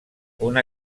una